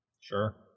sure